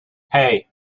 hey